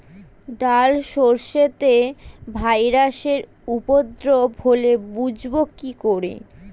ডাল শস্যতে ভাইরাসের উপদ্রব হলে বুঝবো কি করে?